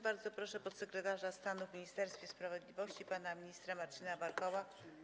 Bardzo proszę podsekretarza stanu w Ministerstwie Sprawiedliwości pana ministra Marcina Warchoła.